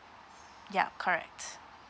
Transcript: ya correct